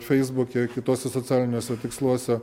feisbuke kituose socialiniuose tiksluose